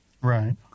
right